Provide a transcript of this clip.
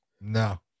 no